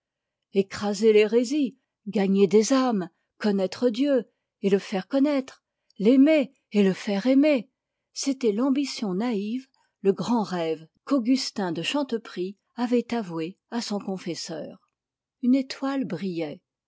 écraser l'hérésie gagner des âmes connaître dieu et le faire connaître l'aimer et le faire aimer c'était l'ambition naïve le grand rêve qu'augustin de chanteprie avait avoué à son confesseur une étoile brillait